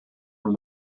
from